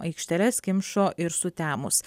aikšteles kimšo ir sutemus